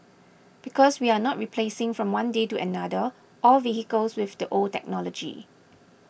because we are not replacing from one day to another all vehicles with the old technology